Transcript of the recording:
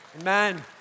amen